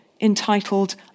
entitled